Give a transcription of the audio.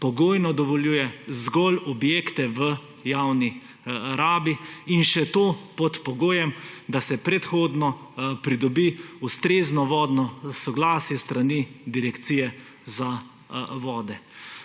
pogojno dovoljuje zgolj objekte v javni rabi in še to pod pogojem, da se predhodno pridobi ustrezno vodno soglasje s strani Direkcije za vode.